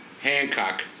Hancock